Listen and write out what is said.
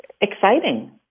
exciting